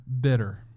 bitter